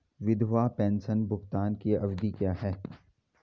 विधवा पेंशन भुगतान की अवधि क्या है?